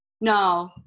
No